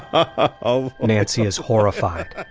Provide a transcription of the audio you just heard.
ah of anansi is horrified.